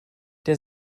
der